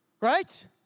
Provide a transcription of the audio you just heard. right